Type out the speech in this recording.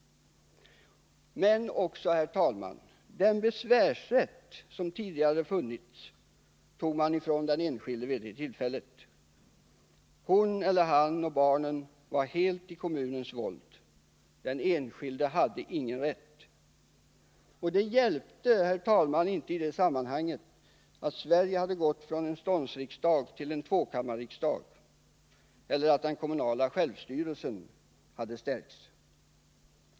Den besvärsrätt som tidigare hade funnits togs då ifrån den enskilde. Han eller hon och barnen var helt i kommunens våld. Den enskilde hade ingen rätt. Det hjälpte inte att Sverige hade övergått från ståndsriksdag till tvåkammarriksdag eller att det kommunala självstyret hade stärkts.